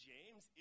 James